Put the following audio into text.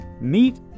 meet